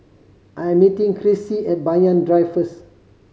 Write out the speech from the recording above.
I'm meeting Krissy at Banyan Drive first